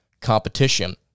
competition